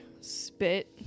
spit